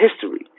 history